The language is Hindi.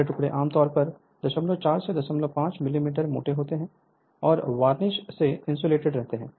टुकड़े टुकड़े आमतौर पर 04 से 05 मिलीमीटर मोटे होते हैं और वार्निश से इंसुलेटेड रहते हैं